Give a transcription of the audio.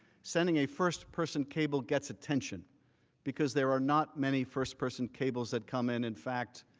sending a first-person cable gets attention because there are not many first person cables that come in. in fact,